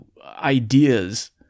ideas